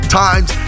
times